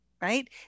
Right